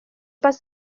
pas